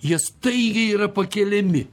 jie staigiai yra pakeliami